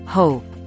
hope